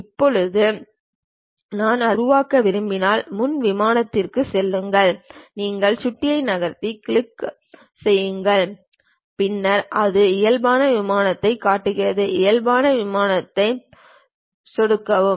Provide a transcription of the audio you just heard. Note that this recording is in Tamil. இப்போது நான் அதை உருவாக்க விரும்பினால் முன் விமானத்திற்குச் செல்லுங்கள் உங்கள் சுட்டியை நகர்த்தி வலது கிளிக் கொடுங்கள் பின்னர் அது இயல்பான விமானத்தைக் காட்டுகிறது இயல்பான விமானத்தை சொடுக்கவும்